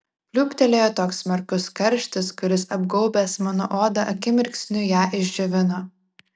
pliūptelėjo toks smarkus karštis kuris apgaubęs mano odą akimirksniu ją išdžiovino